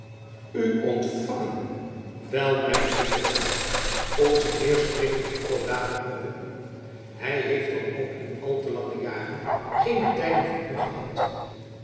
u ontvangen wel mijn goede tijd onze heer spreekt nog alle dagen over u hij heeft dan ook in al te lange jaren geene tijding van u gehad